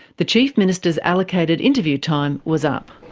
the chief minister's allocated interview time was up.